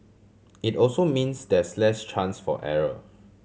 it also means there's less chance for error